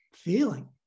feeling